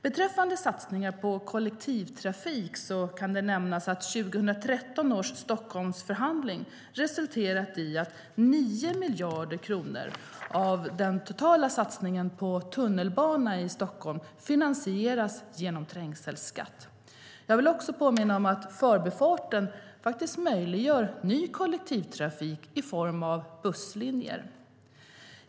Beträffande satsningar på kollektivtrafik kan nämnas att 2013 års Stockholmsförhandling resulterat i att 9 miljarder kronor av den totala satsningen på tunnelbanan i Stockholm finansieras genom trängselskatt. Jag vill också påminna om att förbifarten möjliggör ny kollektivtrafik i form av busslinjer.